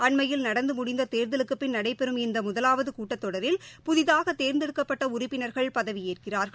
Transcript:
அண்மையில் நடந்து முடிந்த தேர்தலுக்குப் பின் நடைபெறும் இந்த முதலாவது கூட்டத்தொடரில் புதிதாக தேர்ந்தெடுக்கப்பட்ட உறுப்பினர்கள் பதவியேற்கிறார்கள்